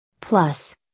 Plus